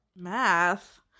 Math